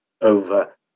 over